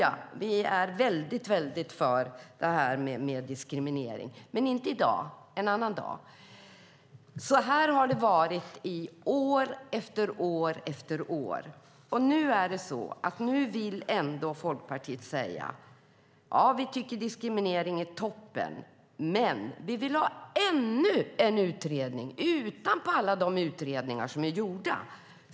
Ni säger: Ja, vi är för att det inte ska finnas diskriminering, men inte i dag utan en annan dag. Så har det varit år efter år. Nu vill Folkpartiet ändå säga: Ja, vi tycker att diskrimineringsklassning är toppen - men vi vill ha ännu en utredning ovanpå alla de utredningar som är gjorda.